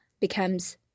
becomes